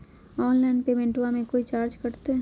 Online पेमेंटबां मे कोइ चार्ज कटते?